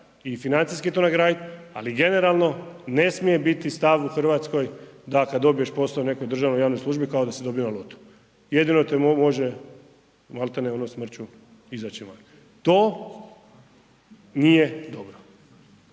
i financijski to nagradit ali generalno, ne smije biti stav u Hrvatskoj da kad dobiješ posao u nekoj državnoj ili javnoj službi, kao da si dobio na lotu. Jedino te može malti ne ono smrću izaći van. To nije dobro